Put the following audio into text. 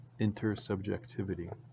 Intersubjectivity